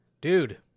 dude